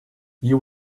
you